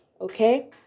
okay